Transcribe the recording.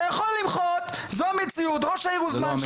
אתה יכול למחות, זו המציאות ראש העיר הוזמן.